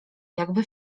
jakby